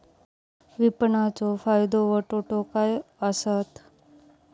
विपणाचो फायदो व तोटो काय आसत?